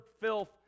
filth